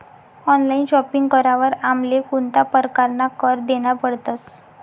Online shopping करावर आमले कोणता परकारना कर देना पडतस?